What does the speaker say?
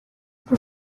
for